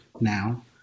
now